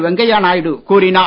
வெங்கைய நாயுடு கூறினார்